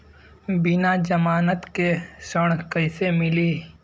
बिना जमानत के ऋण कईसे मिली?